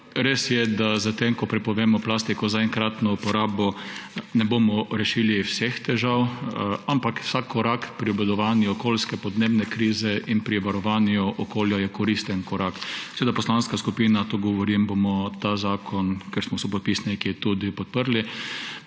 Res je, da s tem, ko prepovemo plastiko za enkratno uporabo, ne bomo rešili vseh težav, ampak vsak korak pri obvladovanju okoljske, podnebne krize in pri varovanju okolja je koristen korak. Seveda poslanka skupina, to govorim, bomo ta zakon, ker smo sopodpisniki, tudi podprli.